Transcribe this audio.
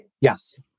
Yes